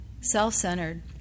Self-centered